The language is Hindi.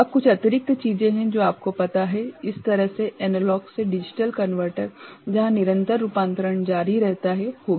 अब कुछ अतिरिक्त चीजें हैं जो आपको पता हैं इस तरह से एनालॉग से डिजिटल कनवर्टर जहां निरंतर रूपांतरण जारी रहता है होगी